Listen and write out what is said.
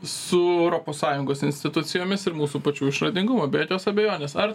su europos sąjungos institucijomis ir mūsų pačių išradingumo be jokios abejonės ar